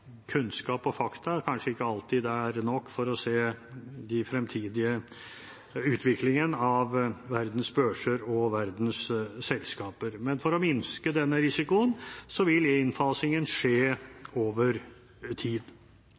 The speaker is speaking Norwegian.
kunnskap og fakta kanskje ikke alltid er nok for å se den fremtidige utviklingen av verdens børser og verdens selskaper. Men for å minske denne risikoen vil innfasingen skje over tid.